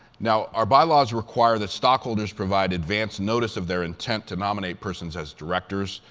now, our bylaws require that stockholders provide advance notice of their intent to nominate persons as directors.